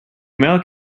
male